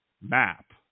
map